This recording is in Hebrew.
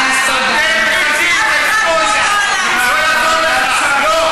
הם בוודאי יתמכו בך, חבר הכנסת ילין.